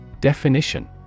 Definition